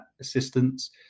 assistance